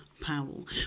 Powell